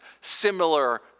similar